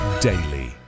daily